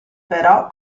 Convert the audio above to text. però